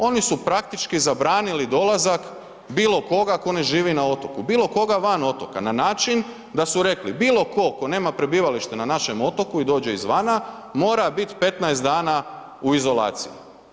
Oni su praktički zabranili dolazak bilo koga tko ne živi na otoku, bilo koga van otoka, na način da su rekli, bilo tko tko nema prebivalište na našem otoku i dođe izvana mora biti 15 dana u izolaciji.